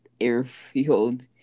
airfield